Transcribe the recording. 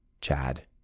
Chad